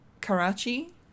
Karachi